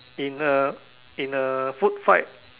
in a in a food fight